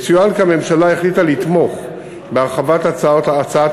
יצוין כי הממשלה החליטה לתמוך בהרחבת הצעת